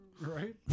Right